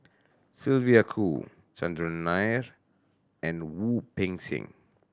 Sylvia Kho Chandran Nair and Wu Peng Seng